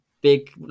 big